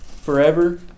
forever